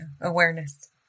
Awareness